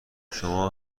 شما